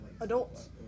adults